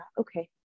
Okay